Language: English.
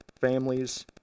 Families